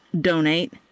donate